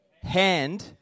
hand